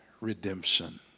redemption